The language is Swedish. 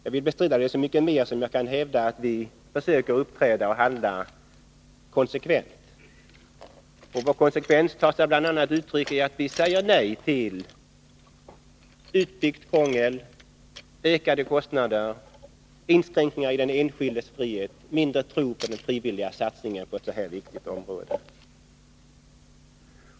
Jag vill nämligen hävda att vi försöker uppträda och handla konsekvent. Vår konsekvens tar sig bl.a. uttryck i att vi säger nej till ett utbyggt krångel, ökade kostnader och nya inskränkningar i den enskildes frihet. Vi säger också nej till minskad tro på den enskildes satsningar på detta viktiga område.